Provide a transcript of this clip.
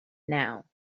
now